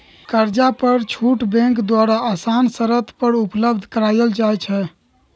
कर्जा पर छुट बैंक द्वारा असान शरत पर उपलब्ध करायल जाइ छइ